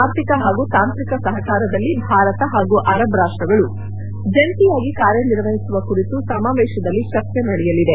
ಆರ್ಥಿಕ ಹಾಗೂ ತಾಂತ್ರಿಕ ಸಹಕಾರದಲ್ಲಿ ಭಾರತ ಹಾಗೂ ಅರಬ್ ರಾಷ್ಟಗಳು ಜಂಟಿಯಾಗಿ ಕಾರ್ಯನಿರ್ವಹಿಸುವ ಕುರಿತು ಸಮಾವೇಶದಲ್ಲಿ ಚರ್ಚೆ ನಡೆಯಲಿದೆ